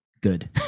good